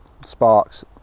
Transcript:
sparks